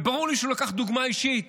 וברור לי שהוא לקח דוגמה אישית